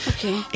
Okay